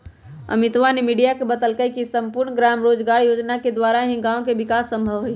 अमितवा ने मीडिया के बतल कई की सम्पूर्ण ग्राम रोजगार योजना के द्वारा ही गाँव के विकास संभव हई